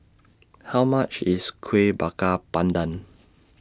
How much IS Kuih Bakar Pandan